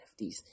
nfts